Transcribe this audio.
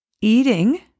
eating